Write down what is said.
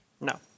No